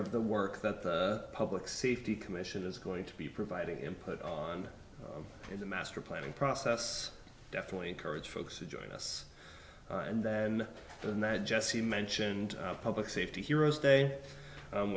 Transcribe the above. of the work that the public safety commission is going to be providing input on the master planning process definitely encourage folks to join us and then the night jesse mentioned public safety heroes day